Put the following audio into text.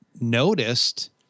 noticed